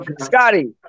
Scotty